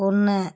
ஒன்று